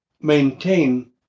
maintain